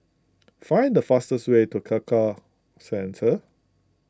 find the fastest way to Tekka Centre